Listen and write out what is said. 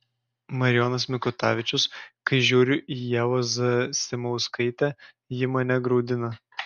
marijonas mikutavičius kai žiūriu į ievą zasimauskaitę ji mane graudina